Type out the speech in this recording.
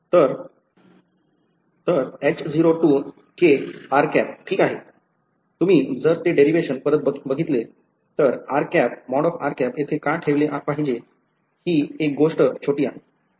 तर ठीक आहे तुम्ही जर ते देरिवेशन परत बघितले तर येथे का ठेवली पाहिजे हे एक छोटी गोष्ट आहे